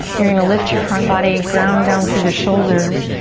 you're gonna lift your front body, ground down through the shoulders,